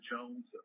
Jones